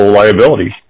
liability